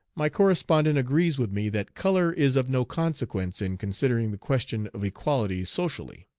my correspondent agrees with me that color is of no consequence in considering the question of equality socially.